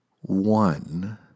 one